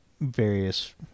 various